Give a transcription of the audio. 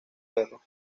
perro